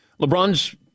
LeBron's